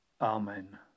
Amen